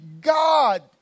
God